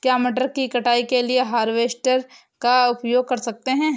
क्या मटर की कटाई के लिए हार्वेस्टर का उपयोग कर सकते हैं?